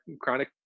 chronic